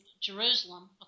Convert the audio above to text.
Jerusalem